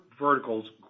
verticals